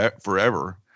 forever